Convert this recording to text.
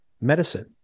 medicine